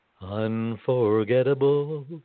unforgettable